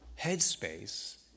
headspace